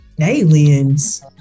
Aliens